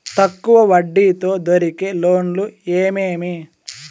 తక్కువ వడ్డీ తో దొరికే లోన్లు ఏమేమి